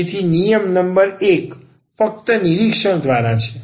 તેથી નિયમ નંબર 1 ફક્ત નિરીક્ષણ દ્વારા છે